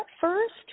first